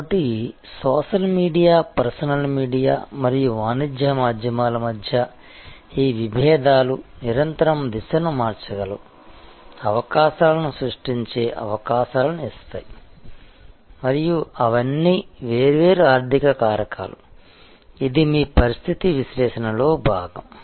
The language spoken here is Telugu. కాబట్టి సోషల్ మీడియా పర్సనల్ మీడియా మరియు వాణిజ్య మాధ్యమాల మధ్య ఈ విభేదాలు నిరంతరం దిశను మార్చగలవు అవకాశాలను సృష్టించే అవకాశాలను ఇస్తాయి మరియు అవన్నీ వేర్వేరు ఆర్థిక కారకాలు ఇది మీ పరిస్థితి విశ్లేషణలో భాగం